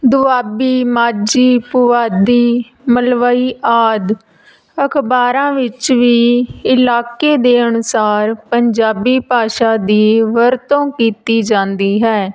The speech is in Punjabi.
ਦੁਆਬੀ ਮਾਝੀ ਪੁਆਧੀ ਮਲਵਈ ਆਦਿ ਅਖ਼ਬਾਰਾਂ ਵਿੱਚ ਵੀ ਇਲਾਕੇ ਦੇ ਅਨੁਸਾਰ ਪੰਜਾਬੀ ਭਾਸ਼ਾ ਦੀ ਵਰਤੋਂ ਕੀਤੀ ਜਾਂਦੀ ਹੈ